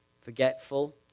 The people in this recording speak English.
forgetful